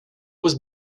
was